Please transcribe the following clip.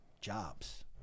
jobs